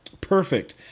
perfect